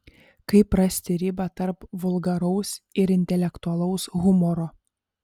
kaip rasti ribą tarp vulgaraus ir intelektualaus humoro